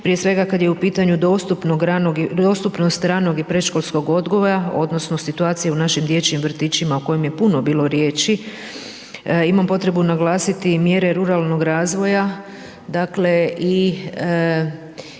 prije svega kada je u pitanju dostupnost ranog i predškolskog odgoja, odnosno, situacija u našim dječjim vrtićima u kojem je puno bio riječi, imam potrebnu naglasiti mjere ruralnog razvoja, dakle, i